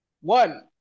One